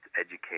educate